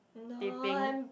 tapping